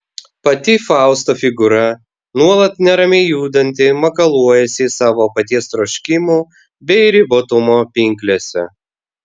pati fausto figūra nuolat neramiai judanti makaluojasi savo paties troškimų bei ribotumo pinklėse